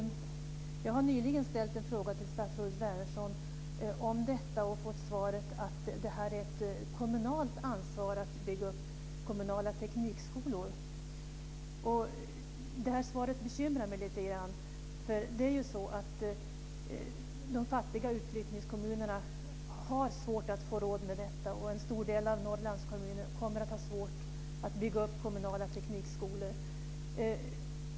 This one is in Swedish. Jag har nyligen ställt en fråga till statsrådet Wärnersson om detta och fått svaret att det är ett kommunalt ansvar att bygga upp teknikskolor. Det svaret bekymrar mig lite grann. De fattiga utflyttningskommunerna har svårt att klara detta. En stor del av Norrlands kommuner kommer att ha svårigheter att bygga upp sådana här teknikskolor.